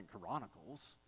Chronicles